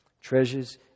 Treasures